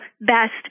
best